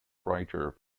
writer